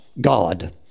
God